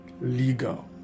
legal